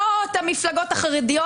באות המפלגות החרדיות,